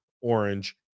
Orange